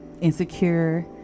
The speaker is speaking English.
Insecure